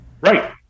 Right